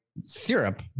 Syrup